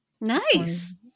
Nice